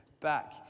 back